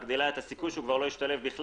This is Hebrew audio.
מגדילה את הסיכוי שהוא לא ישתלב בכלל